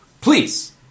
Please